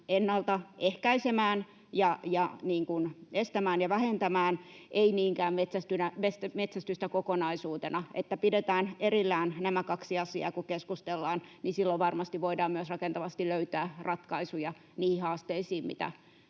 ennaltaehkäisemään ja estämään ja vähentämään, ei niinkään metsästystä kokonaisuutena. Pidetään erillään nämä kaksi asiaa, kun keskustellaan, ja silloin varmasti voidaan myös rakentavasti löytää ratkaisuja niihin haasteisiin, mitä